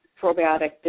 probiotic